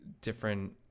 different